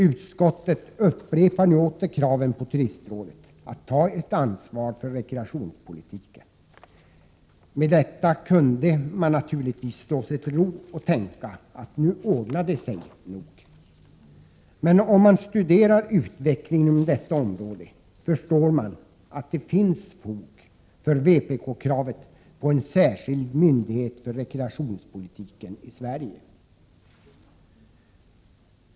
Utskottet upprepar nu åter kraven på Turistrådet att ta ett ansvar för rekreationspolitiken. Med detta kunde man naturligtvis slå sig till ro och tänka att nu ordnar det sig nog. Men om man studerar utvecklingen inom detta område förstår man att det finns fog för vpk-kravet på en särskild myndighet för rekreationspolitiken i Sverige.